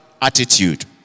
attitude